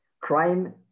Crime